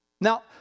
Now